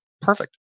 Perfect